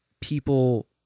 people